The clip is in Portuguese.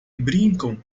brincam